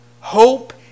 Hope